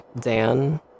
Dan